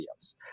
videos